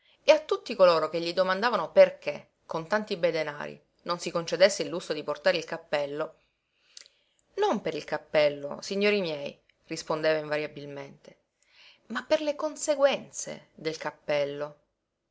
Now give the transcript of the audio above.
e a tutti coloro che gli domandavano perché con tanti bei denari non si concedesse il lusso di portare il cappello non per il cappello signori miei rispondeva invariabilmente ma per le conseguenze del cappello